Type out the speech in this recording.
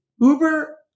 Uber